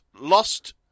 lost